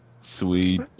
Sweet